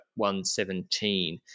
117